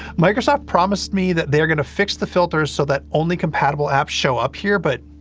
microsoft promised me that they're gonna fix the filters, so that only compatible apps show up here, but,